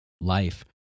life